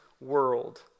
world